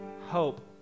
hope